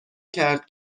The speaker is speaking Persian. کرد